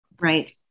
Right